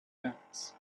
backs